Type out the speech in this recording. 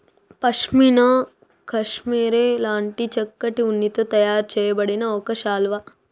pashmina cashmere లాంటి చక్కటి ఉన్నితో తయారు చేయబడిన ఒక శాలువా